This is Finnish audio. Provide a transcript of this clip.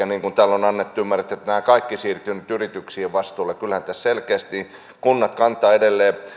niin kuin täällä on annettu ymmärtää että nämä kaikki siirtyvät nyt yrityksien vastuulle kyllähän tässä selkeästi kunnat kantavat edelleen